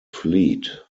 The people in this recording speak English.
fleet